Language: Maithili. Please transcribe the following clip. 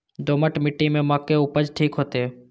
दोमट मिट्टी में मक्के उपज ठीक होते?